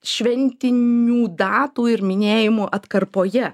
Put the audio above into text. šventinių datų ir minėjimų atkarpoje